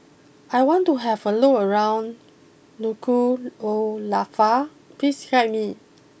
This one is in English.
I want to have a look around Nuku'alofa please guide me